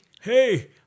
Hey